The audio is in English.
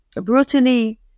brutally